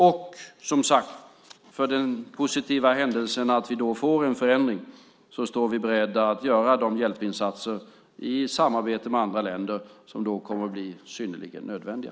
Och, som sagt, för den positiva händelsen att det blir en förändring står vi beredda att göra de hjälpinsatser i samarbete med andra länder som då kommer att bli synnerligen nödvändiga.